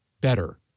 better